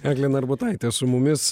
eglė narbutaitė su mumis